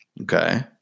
Okay